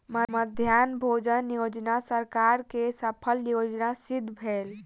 मध्याह्न भोजन योजना सरकार के सफल योजना सिद्ध भेल